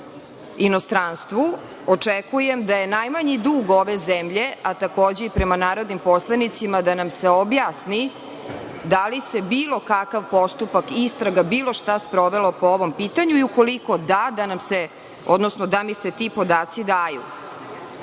inostranstvu, očekujem da je najmanji dug ove zemlje, a takođe i prema narodnim poslanicima, da nam se objasni da li se bilo kakav postupak, istraga ili bilo šta sprovelo po ovom pitanju. Ukoliko jeste, da mi se ti podaci daju.